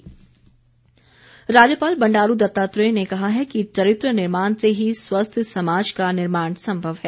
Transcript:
राज्यपाल राज्यपाल बंडारू दत्तात्रेय ने कहा है कि चरित्र निर्माण से ही स्वस्थ समाज का निर्माण संभव है